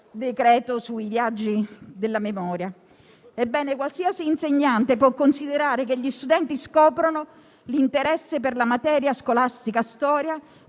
legge sui viaggi della memoria. Ebbene, qualsiasi insegnante può considerare che gli studenti scoprono l'interesse per la storia quale materia